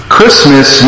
Christmas